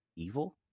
Evil